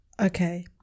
Okay